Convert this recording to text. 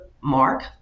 mark